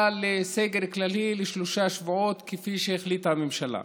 לסגר כללי לשלושה שבועות כפי שהחליטה הממשלה.